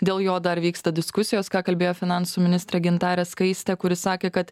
dėl jo dar vyksta diskusijos ką kalbėjo finansų ministrė gintarė skaistė kuri sakė kad